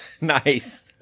Nice